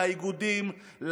לאיגודים,